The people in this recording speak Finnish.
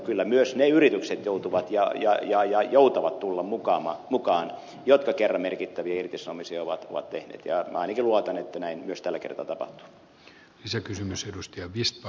kyllä myös ne yritykset joutuvat ja joutavat tulla mukaan jotka kerran merkittäviä irtisanomisia ovat tehneet ja minä ainakin luotan että näin myös tällä kertaa tapahtuu